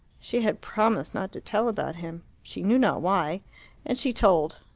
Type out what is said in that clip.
she had promised not to tell about him she knew not why and she told.